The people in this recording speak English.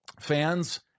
fans